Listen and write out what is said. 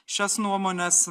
šias nuomones